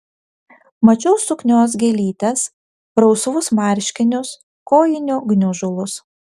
mačiau suknios gėlytes rausvus marškinius kojinių gniužulus